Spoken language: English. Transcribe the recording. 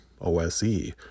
OSE